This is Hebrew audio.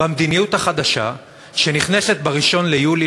במדיניות החדשה שנכנסת לתוקף ב-1 ביולי,